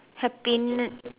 happin~